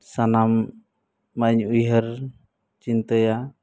ᱥᱟᱱᱟᱢ ᱢᱟᱧ ᱩᱭᱦᱟᱹᱨ ᱪᱤᱱᱛᱟᱹᱭᱟ